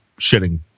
shitting